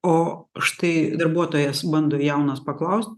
o štai darbuotojas bando jaunas paklaust